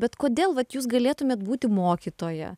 bet kodėl vat jūs galėtumėt būti mokytoja